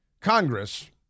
Congress